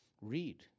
Read